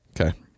Okay